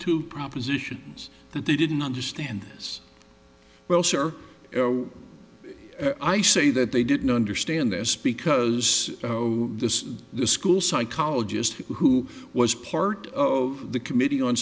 two propositions that they didn't understand this well sir i say that they didn't understand this because this is the school psychologist who was part of the committee on